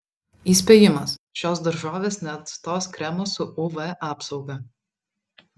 įspėjimas šios daržovės neatstos kremo su uv apsauga